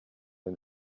une